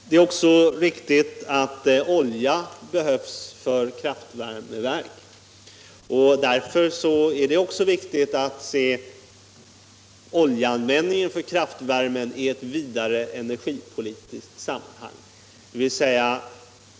Det är också riktigt att olja behövs för kraftvärmeverk. Därför är det även viktigt att se oljeanvändningen för kraftvärmen i ett vidare energipolitiskt sammanhang.